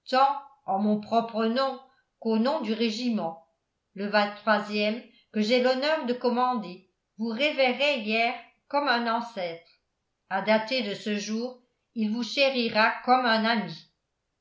mon propre nom qu'au nom du régiment le ème que j'ai l'honneur de commander vous révérait hier comme un ancêtre à dater de ce jour il vous chérira comme un ami